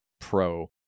pro